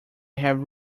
have